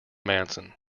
manson